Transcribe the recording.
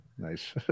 Nice